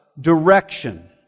direction